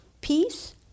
peace